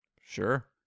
Sure